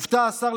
הופתע השר,